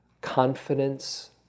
confidence